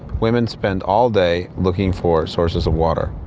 women spend all day looking for sources of water.